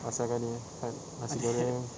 asagani had nasi goreng